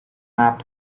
map